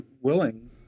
willing